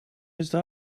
deze